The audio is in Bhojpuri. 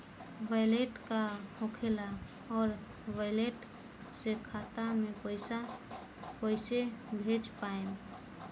वैलेट का होखेला और वैलेट से खाता मे पईसा कइसे भेज पाएम?